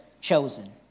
chosen